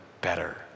better